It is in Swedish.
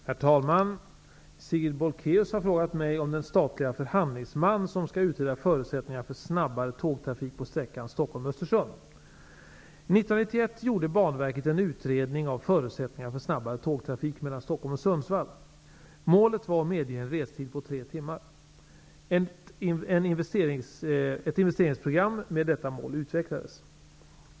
Herr talman! Sigrid Bolkéus har frågat mig om den statliga förhandlingsman, som skall utreda förutsättningarna för snabbare tågtrafik på sträckan Stockholm--Östersund. Stockholm och Sundsvall. Målet var att medge en restid på tre timmar. Ett investeringsprogram med detta mål utvecklades.